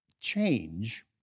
Change